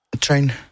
train